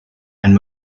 and